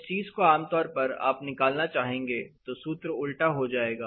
इस चीज को आमतौर पर आप निकाला चाहेंगे तो सूत्र उल्टा हो जाएगा